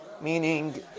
Meaning